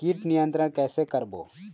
कीट नियंत्रण कइसे करबो?